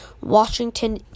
Washington